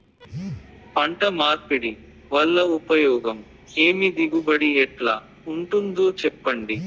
పంట మార్పిడి వల్ల ఉపయోగం ఏమి దిగుబడి ఎట్లా ఉంటుందో చెప్పండి?